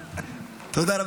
ועאידה תומא